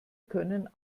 können